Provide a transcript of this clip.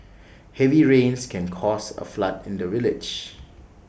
heavy rains can caused A flood in the village